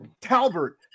Talbert